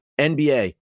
NBA